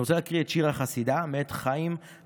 אני רוצה להקריא את שיר החסידה, מאת חיים אידיסיס: